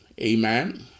Amen